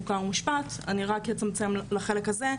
שחלילה וחס לא יקרו מקרים מצערים כמו המקרה של